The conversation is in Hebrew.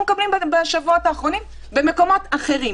מקבלים בשבועות האחרונים במקומות אחרים.